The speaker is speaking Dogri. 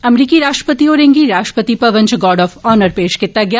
अमरीकी राश्ट्रपति होरें गी राश्ट्रपति भवन च गार्ड ऑफ हॉनर पेश कीता गेआ